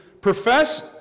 profess